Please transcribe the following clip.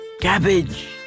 Cabbage